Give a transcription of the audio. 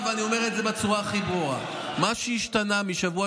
ואני אומר את זה בצורה הכי ברורה: מה שהשתנה משבוע